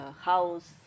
house